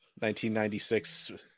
1996